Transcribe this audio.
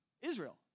Israel